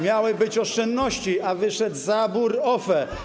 Miały być oszczędności, a wyszedł zabór OFE.